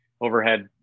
overhead